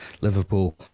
Liverpool